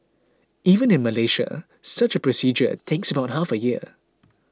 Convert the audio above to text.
even in Malaysia such a procedure takes about half a year